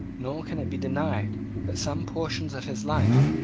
nor can it be denied that some portions of his life,